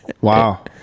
Wow